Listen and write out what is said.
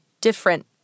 different